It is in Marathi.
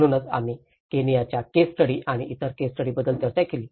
म्हणूनच आम्ही केनियाच्या केस स्टडी आणि इतर केस स्टडीबद्दल चर्चा केली